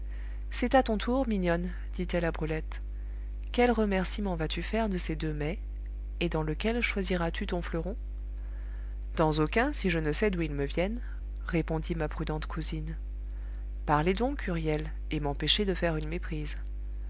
c'est à ton tour mignonne dit-elle à brulette quel remercîment vas-tu faire de ces deux mais et dans lequel choisiras tu ton fleuron dans aucun si je ne sais d'où ils me viennent répondit ma prudente cousine parlez donc huriel et m'empêchez de faire une méprise